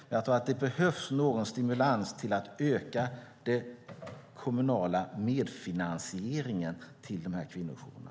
Jag tror dock att det behövs någon stimulans för att öka den kommunala medfinansieringen av kvinnojourerna.